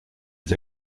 les